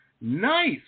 nice